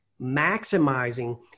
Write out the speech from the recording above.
Maximizing